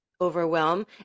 overwhelm